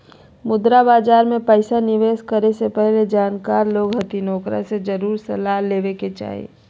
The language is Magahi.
मुद्रा बाजार मे पैसा निवेश करे से पहले जानकार लोग हथिन ओकरा से जरुर सलाह ले लेवे के चाही